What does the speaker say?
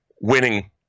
winning